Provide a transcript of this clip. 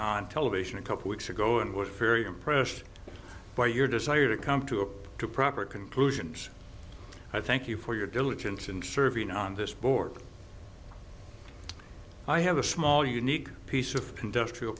on television a couple weeks ago and was very impressed by your desire to come to a proper conclusion i thank you for your diligence in serving on this board i have a small unique piece of industrial